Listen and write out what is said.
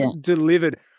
delivered